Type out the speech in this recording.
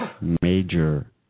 major